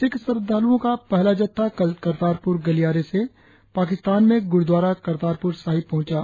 सिख श्रद्धालुओ का पहला जत्था कल करतारपुर गलियारे से पाकिस्तान में गुरुद्वारा करतारपुर साहिब पहुंचा